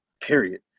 period